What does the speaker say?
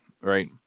right